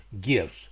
gifts